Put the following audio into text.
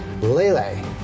Lele